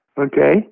Okay